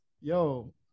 yo